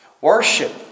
Worship